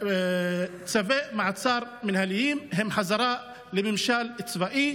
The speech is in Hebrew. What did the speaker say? צווי מעצר מינהליים הם חזרה לממשל צבאי,